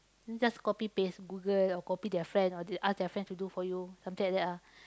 just copy paste Google or copy their friend or they ask their friend to do for you something like that ah